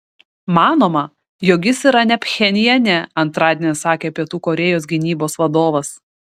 manoma jog jis yra ne pchenjane antradienį sakė pietų korėjos gynybos vadovas